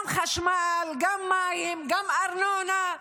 גם חשמל, גם מים, גם ארנונה,